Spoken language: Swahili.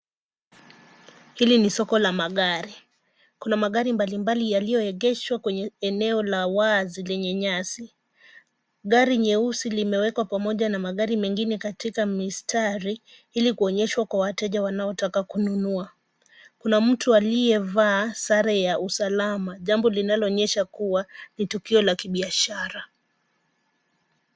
Hili ni soko la magari. Kuna magari mbali mbali yaliyoegeshwa kwenye eneo la wazi lenye nyasi. Gari nyeusi limewekwa pamoja na magari mengine katika mistari, ilikuonyeshwa kwa wateja wanaotaka kununua. Kuna mtu aliyevaa sare ya usalama, jambo linaloonyesha kuwa ni tukio la kibiashara.